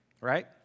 right